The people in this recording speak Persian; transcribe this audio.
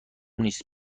نیست